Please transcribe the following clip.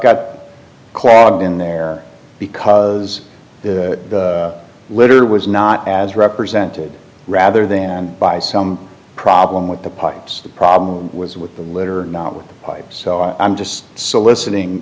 got clogged in there because the litter was not as represented rather than by some problem with the pipes the problem was with the litter not with the pipes i'm just soliciting